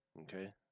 Okay